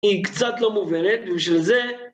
אם קצת לא מובהרת, בשביל זה...